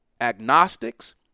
agnostics